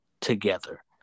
together